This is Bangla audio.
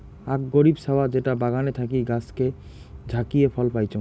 আক গরীব ছাওয়া যেটা বাগানে থাকি গাছকে ঝাকিয়ে ফল পাইচুঙ